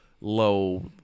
low